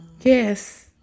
yes